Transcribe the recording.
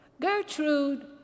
Gertrude